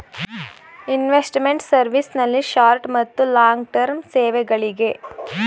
investment service ನಲ್ಲಿ short ಮತ್ತು long term ಸೇವೆಗಳಿಗೆ